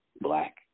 black